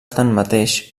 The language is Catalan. tanmateix